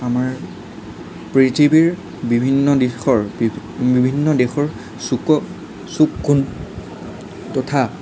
আমাৰ পৃথিৱীৰ বিভিন্ন দিশৰ বিভিন্ন দেশৰ চুকৰ চুক কোণ তথা